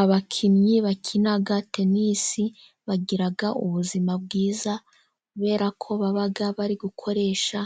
Abakinnyi bakina tenisi bagira ubuzima bwiza, kubera ko baba bari gukoresha